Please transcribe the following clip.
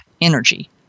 energy